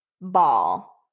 ball